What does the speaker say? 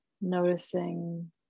noticing